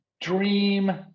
Dream